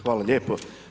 Hvala lijepo.